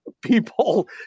people